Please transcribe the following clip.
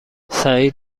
سعید